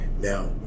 Now